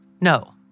No